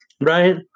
Right